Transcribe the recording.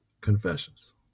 Confessions